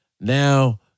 Now